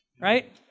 right